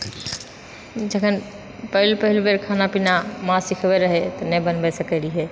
जखन पहिल पहिल बेर खानापीना माँ सीखबै रहै तऽ नहि बनबै सकए रहिऐ